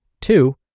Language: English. two